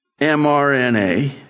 mRNA